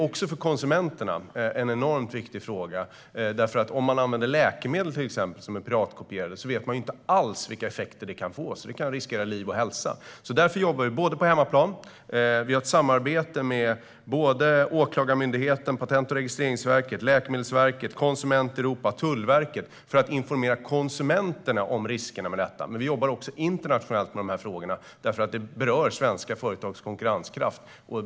Också för konsumenterna är detta en enormt viktig fråga. Om man till exempel använder läkemedel som är piratkopierade vet man inte alls vilka effekter det kan få. Man kan riskera liv och hälsa. Därför jobbar vi på hemmaplan, där vi har ett samarbete med Åklagarmyndigheten, Patent och registreringsverket, Läkemedelsverket, Konsument Europa och Tullverket för att informera konsumenterna om riskerna med detta. Men vi jobbar också internationellt med de här frågorna, för de berör svenska företags konkurrenskraft.